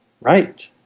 Right